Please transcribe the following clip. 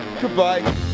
goodbye